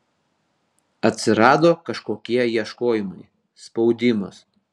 atsirado kažkokie ieškojimai spaudimas